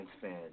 fans